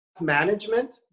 management